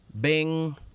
Bing